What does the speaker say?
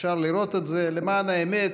אפשר לראות את זה, למען האמת,